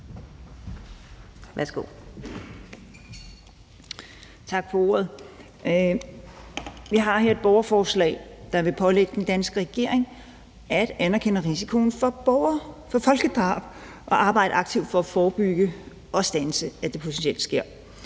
Tak for ordet. Vi har her et borgerforslag, der vil pålægge den danske regering at anerkende risikoen for folkedrab og arbejde aktivt for at forebygge og standse, at det potentielt sker.